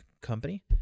company